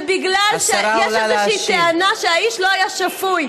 שבגלל שיש איזושהי טענה שהאיש לא היה שפוי,